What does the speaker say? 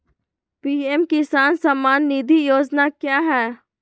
PM Kisan Samman Nidhi योजना क्या है?